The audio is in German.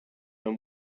mehr